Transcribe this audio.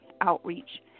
Outreach